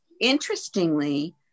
Interestingly